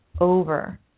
over